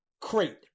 crate